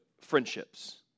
friendships